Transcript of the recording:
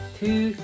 two